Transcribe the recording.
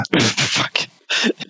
Fuck